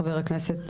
חבר הכנסת